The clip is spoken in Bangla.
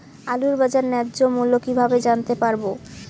আলুর বাজার ন্যায্য মূল্য কিভাবে জানতে পারবো?